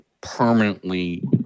permanently